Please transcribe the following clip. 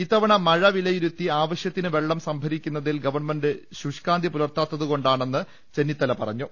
ഇത്തവണ മഴ വിലയിരുത്തി ആവ ശൃത്തിന് വെള്ളം സംഭരിക്കുന്നതിൽ ഗവൺമെന്റ് ശുഷ്കാന്തി പുലർത്താതുകൊണ്ടാണെന്ന് ചെന്നിത്തല പറഞ്ഞു